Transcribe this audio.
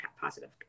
positive